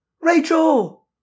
Rachel